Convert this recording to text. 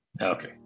Okay